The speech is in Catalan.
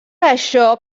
això